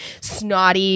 snotty